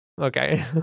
Okay